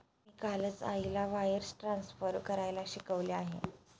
मी कालच आईला wires transfer करायला शिकवले आहे